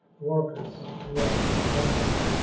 workers yes one hundred